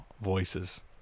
voices